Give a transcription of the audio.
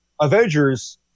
Avengers